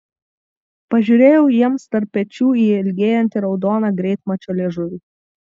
pažiūrėjau jiems tarp pečių į ilgėjantį raudoną greitmačio liežuvį